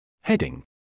Heading